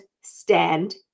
Stand